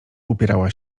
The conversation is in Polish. upierała